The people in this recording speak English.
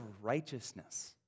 righteousness